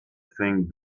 thing